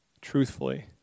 truthfully